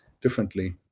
differently